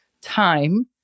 Time